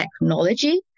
technology